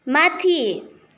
माथि